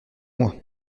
moi